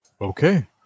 Okay